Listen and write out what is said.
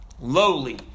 lowly